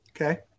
Okay